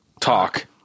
talk